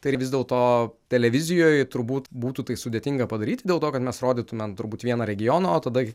tai ir vis dėlto televizijoje turbūt būtų tai sudėtinga padaryti dėl to kad mes rodytumėm turbūt vieną regioną o tada